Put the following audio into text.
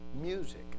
Music